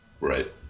Right